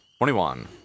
21